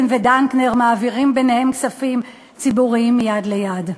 ודנקנר מעבירים ביניהם כספים ציבוריים מיד ליד.